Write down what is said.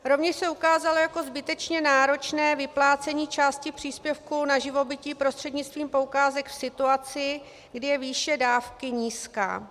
Rovněž se ukázalo jako zbytečně náročné vyplácení části příspěvku na živobytí prostřednictvím poukázek v situaci, kdy je výše dávky nízká.